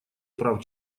прав